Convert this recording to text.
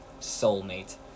Soulmate